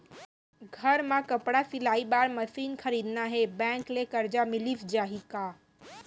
घर मे कपड़ा सिलाई बार मशीन खरीदना हे बैंक ले करजा मिलिस जाही का?